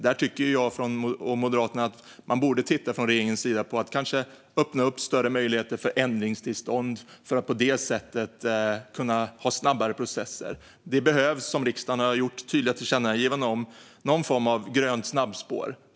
Där tycker jag och Moderaterna att regeringen borde titta på att kanske öppna upp större möjligheter för ändringstillstånd för att på det sättet kunna ha snabbare processer. Det behövs, som riksdagen har gjort tydliga tillkännagivanden om, någon form av grönt snabbspår.